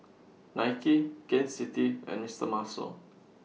Nike Gain City and Mister Muscle